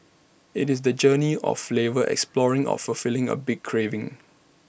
IT is the journey of flavour exploring or fulfilling A big craving